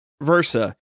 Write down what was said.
versa